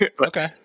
Okay